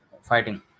Fighting